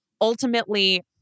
Ultimately